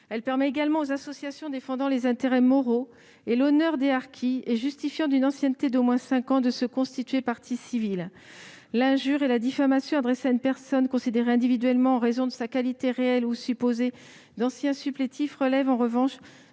Elle permet également aux associations défendant les intérêts moraux et l'honneur des harkis et justifiant d'une ancienneté d'au moins cinq ans de se constituer partie civile. L'injure et la diffamation adressées à une personne considérée individuellement en raison de sa qualité réelle ou supposée d'ancien supplétif relèvent en revanche